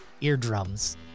eardrums